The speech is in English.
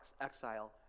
exile